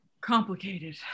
complicated